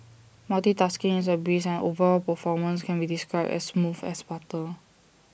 multitasking is A breeze and overall performance can be described as smooth as butter